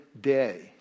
day